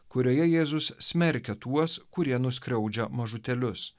kurioje jėzus smerkia tuos kurie nuskriaudžia mažutėlius